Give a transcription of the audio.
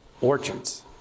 orchards